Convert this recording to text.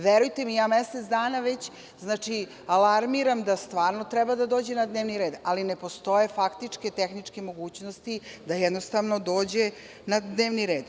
Verujte mi, već mesec dana alarmiram da stvarno treba da dođe na dnevni red, ali ne postoje faktičke tehničke mogućnosti da dođe na dnevni red.